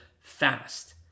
fast